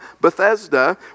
Bethesda